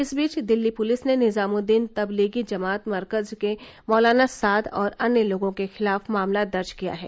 इस बीच दिल्ली पुलिस ने निजामुद्दीन तबलीगी जमात मरकज के मौलाना साद और अन्य लोगों के खिलाफ मामला दर्ज किया है